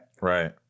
right